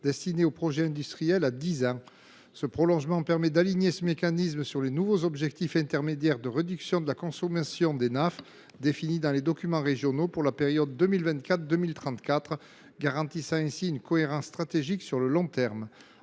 destiné aux projets industriels, afin qu’il atteigne dix ans. Ce prolongement permettrait d’aligner ce mécanisme sur les nouveaux objectifs intermédiaires de réduction de la consommation d’Enaf définis dans les documents régionaux pour la période 2024 2034, et garantirait ainsi une cohérence stratégique sur le long terme.